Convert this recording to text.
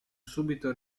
subito